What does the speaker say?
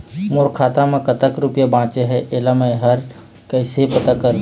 मोर खाता म कतक रुपया बांचे हे, इला मैं हर कैसे पता करों?